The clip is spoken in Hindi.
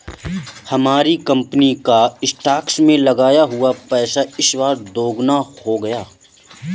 हमारी कंपनी का स्टॉक्स में लगाया हुआ पैसा इस बार दोगुना हो गया